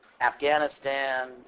Afghanistan